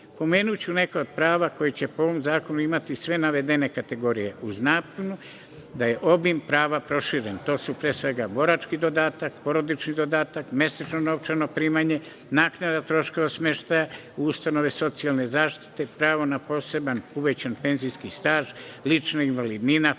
rata. Pomenuću i neka od prava koje će po ovom zakonu imati sve navedene kategorije, uz napomenu da je obim prava proširen. To su pre svega borački dodatak, porodični dodatak, mesečno novčano primanje, naknada troškova smeštaja u ustanove socijalne zaštite, pravo na poseban uvećan penzijski staž, lična invalidnina,